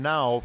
Now